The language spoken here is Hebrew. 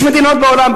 יש מדינות בעולם,